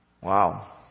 Wow